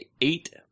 eight